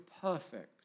perfect